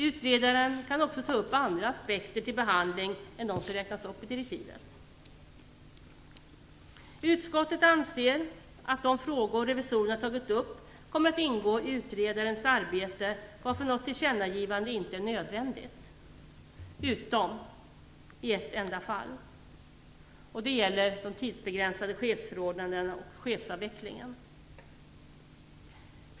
Utredaren kan också ta upp andra aspekter till behandling än de som räknas upp i direktivet. Utskottet anser att de frågor revisorerna tagit upp kommer att ingå i utredarens arbete, varför något tillkännagivande inte är nödvändigt - utom i ett enda fall. Det gäller de tidsbegränsade chefsförordnandena och chefsavvecklingen.